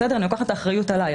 בסדר, אני לוקחת את האחריות עליי.